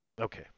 Okay